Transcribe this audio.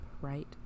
right